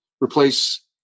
replace